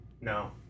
No